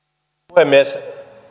puhemies